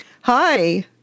Hi